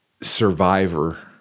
Survivor